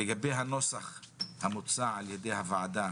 לגבי הנוסח המוצע על-ידי הוועדה